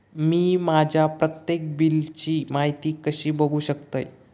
मी माझ्या प्रत्येक बिलची माहिती कशी बघू शकतय?